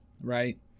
right